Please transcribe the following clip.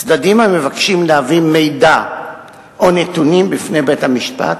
צדדים המבקשים להביא מידע או נתונים בפני בית-המשפט